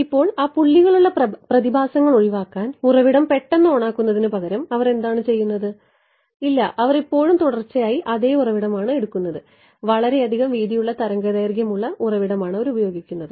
ഇപ്പോൾ ആ പുള്ളികളുള്ള പ്രതിഭാസങ്ങൾ ഒഴിവാക്കാൻ ഉറവിടം പെട്ടെന്ന് ഓണാക്കുന്നതിനുപകരം അവർ എന്താണ് ചെയ്യുന്നത് ഇല്ല അവർ ഇപ്പോഴും തുടർച്ചയായി അതേ ഉറവിടമാണ് എടുക്കുന്നത് വളരെയധികം വീതിയുള്ള തരംഗദൈർഘ്യമുള്ള ഉറവിടമാണ് അവർ ഉപയോഗിക്കുന്നത്